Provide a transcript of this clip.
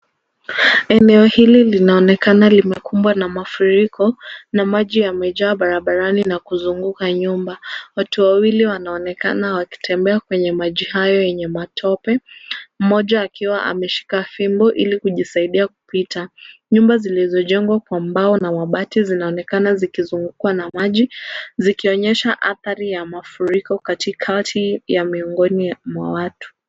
Eneo hili linaonekana limekumbwa na mafuriko na maji yamejaa barabarani na kuzunguka nyumba. Watu wawili wanaonekana wakitembea kwenye maji hayo yenye matope, mmoja akiwa ameshika fimbo ili kujisaidia kupita. Nyumba zilizojengwa kwa mbao na mabati zinaonekana zikizungukwa na maji zikionyesha athari ya mafuriko katikati ya miongoni mwa watu.